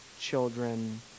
children